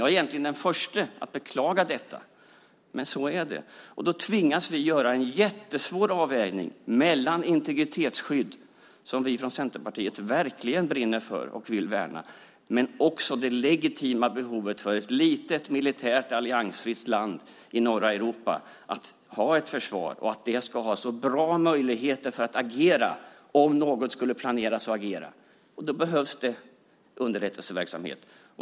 Jag är egentligen den förste att beklaga detta, men så är det. Då tvingas vi göra en jättesvår avvägning mellan integritetsskydd, som vi från Centerpartiet verkligen brinner för och vill värna, och det legitima behovet för ett litet, militärt alliansfritt land i norra Europa att ha ett försvar och att det ska ha så bra möjligheter för att agera som möjligt om någon aktion skulle planeras. Då behövs det underrättelseverksamhet.